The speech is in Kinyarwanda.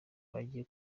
bagiye